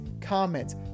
comments